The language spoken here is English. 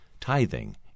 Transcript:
tithing